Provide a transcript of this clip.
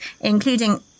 including